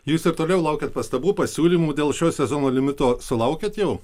jūs ir toliau laukiat pastabų pasiūlymų dėl šio sezono limito sulaukėt jau